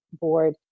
board